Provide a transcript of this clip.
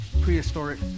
prehistoric